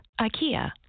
IKEA